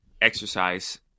exercise